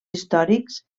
històrics